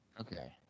Okay